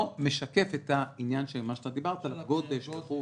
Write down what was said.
הוא לא משקף את העניין של מה שאתה דיברת גודש וכולי,